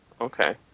Okay